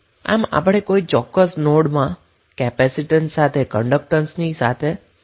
તેથી આપણે આ ચોક્કસ નોડમાં કેપેસિટન્સ સાથે પેરેલલમાં આ કન્ડક્ટન્સને જોડેલ છે